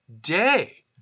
day